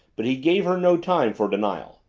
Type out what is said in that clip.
but he gave her no time for denial.